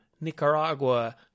Nicaragua